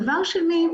דבר שני,